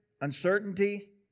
uncertainty